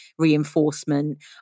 reinforcement